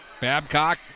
Babcock